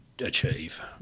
Achieve